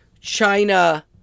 China